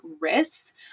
risks